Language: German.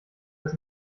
das